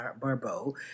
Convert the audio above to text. Barbeau